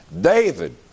David